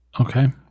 Okay